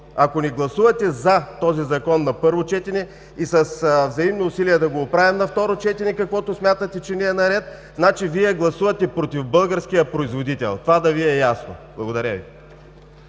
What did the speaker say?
Ако не гласувате „за“ този Закон на първо четене и с взаимни усилия да го оправим на второ четене, каквото смятате, че не е наред, значи Вие гласувате против българския производител. Това да Ви е ясно! Благодаря Ви.